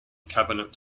cabinet